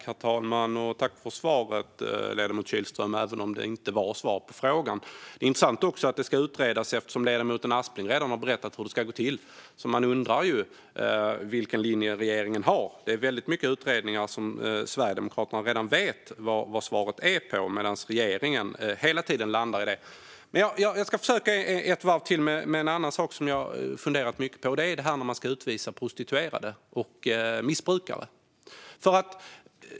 Herr talman! Jag tackar ledamoten Kihlström för svaret, även om det inte var svar på frågan. Det är intressant att det ska utredas eftersom ledamoten Aspling redan har berättat hur det ska gå till. Man undrar ju vilken linje regeringen har. Det är väldigt mycket utredningar som Sverigedemokraterna redan vet svaret på medan regeringen hela tiden landar i detta. Jag ska försöka i ett varv till med en annan sak som jag funderat mycket på. Det är det här när man ska utvisa prostituerade och missbrukare.